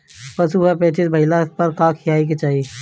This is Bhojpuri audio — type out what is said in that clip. पशु क पेचिश भईला पर का खियावे के चाहीं?